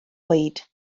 oed